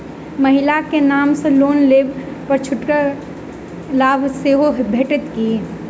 महिला केँ नाम सँ लोन लेबऽ पर छुटक लाभ सेहो भेटत की?